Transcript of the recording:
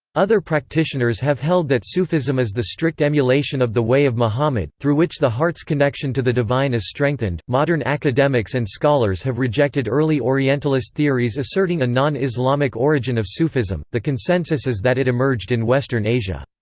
other practitioners have held that sufism is the strict emulation of the way of muhammad, through which the heart's connection to the divine is strengthened modern academics and scholars have rejected early orientalist theories asserting a non-islamic origin of sufism, the consensus is that it emerged in western asia.